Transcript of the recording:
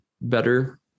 better